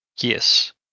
Yes